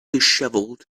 dishevelled